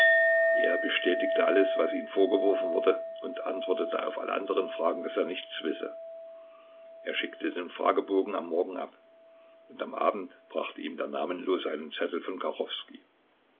er bestätigte alles was ihm vorgeworfen wurde und antwortete auf alle anderen fragen daß er nichts wisse er schickte den fragebogen am morgen ab und am abend brachte ihm der namenlose einen zettel von